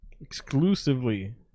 Exclusively